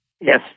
Yes